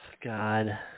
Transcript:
God